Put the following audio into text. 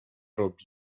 robi